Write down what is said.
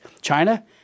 China